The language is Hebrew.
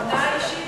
הודעה אישית.